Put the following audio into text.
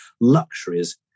luxuries